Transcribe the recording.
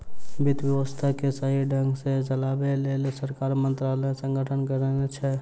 वित्त व्यवस्था के सही ढंग सॅ चलयबाक लेल सरकार मंत्रालयक गठन करने छै